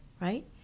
right